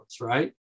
right